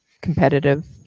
competitive